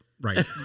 Right